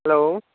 hello